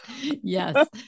Yes